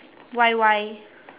Y_Y